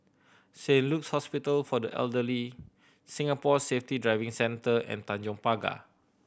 Saint Luke's Hospital for the Elderly Singapore Safety Driving Centre and Tanjong Pagar